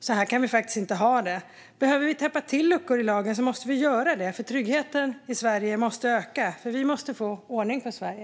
Så här kan vi faktiskt inte ha det. Behöver vi täppa till luckor i lagen måste vi göra det. Tryggheten i Sverige måste öka, och vi måste få ordning på Sverige.